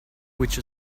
which